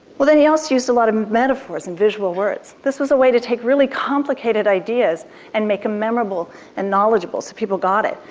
then he also used a lot of metaphors and visual words. this was a way to take really complicated ideas and make them memorable and knowledgeable, so people got it.